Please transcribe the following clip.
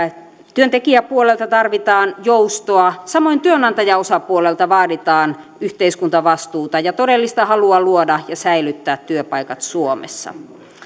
työntekijäpuolelta tarvitaan joustoa samoin työnantajaosapuolelta vaaditaan yhteiskuntavastuuta ja todellista halua luoda ja säilyttää työpaikat suomessa